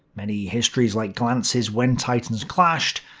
many histories like glantz's when titan's clashed,